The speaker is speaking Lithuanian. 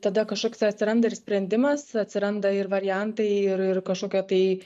tada kažkoksai atsiranda ir sprendimas atsiranda ir variantai ir ir kažkokio tai